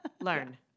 Learn